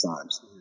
times